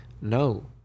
no